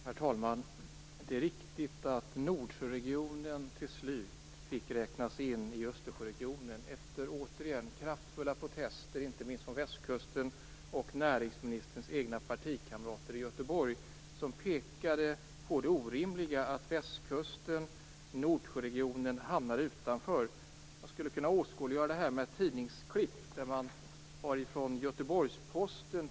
Herr talman! Det är riktigt att Nordsjöregionen till slut fick räknas in i Östersjöregionen, efter kraftfulla protester inte minst från västkusten och näringsministerns egna partikamrater i Göteborg. De pekade på det orimliga i att västkusten och Nordsjöregionen hamnade utanför. Jag skulle kunna åskådliggöra det med ett tidningsklipp från Göteborgs-Posten.